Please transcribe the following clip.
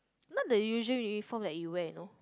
not the usual uniform that you wear you know